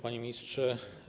Panie Ministrze!